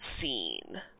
scene